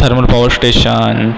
thermal power station